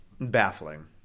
Baffling